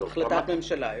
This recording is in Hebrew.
החלטת ממשלה.